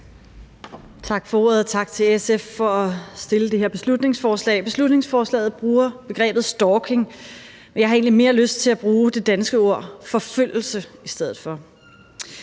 Tak for ordet, og tak til SF for at fremsætte det her beslutningsforslag. Beslutningsforslaget bruger begrebet stalking, men jeg har egentlig mere lyst til at bruge det danske ord forfølgelse i stedet for.